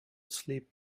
sleep